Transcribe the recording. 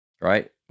right